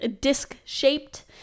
disc-shaped